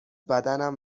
بدنم